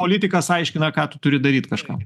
politikas aiškina ką tu turi daryt kažkam